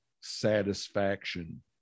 satisfaction